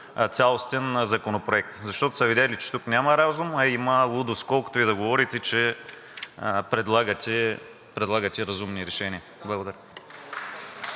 цялостен законопроект, защото са видели, че тук няма разум, а има лудост, колкото и да говорите, че предлагате разумни решения. Благодаря.